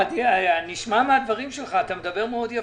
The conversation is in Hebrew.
אתה מדבר מאוד יפה.